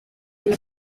been